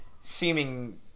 seeming